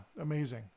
Amazing